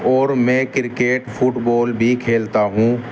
اور میں cricket football بھی کھیلتا ہوں